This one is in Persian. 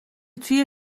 توی